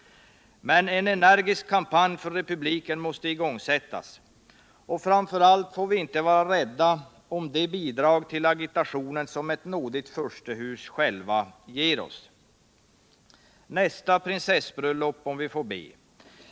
Men en energisk kampanj för republiken måste igångsättas. Och framför allt får vi inte vara rädda om de bidrag till agitationen som ett nådigt furstehus självt ger oss. Nästa prinsessbröllop, om vi får be.